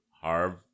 Harv